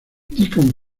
deacon